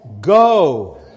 go